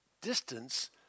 distance